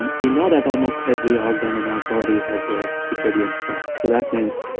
and we know that almost every organ in our body has a circadian clock so that means,